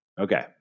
Okay